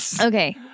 Okay